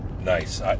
nice